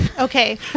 Okay